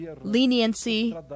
leniency